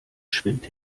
schwimmt